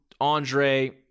Andre